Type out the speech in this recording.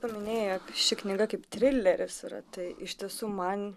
paminėjai jog ši knyga kaip trileris yra tai iš tiesų man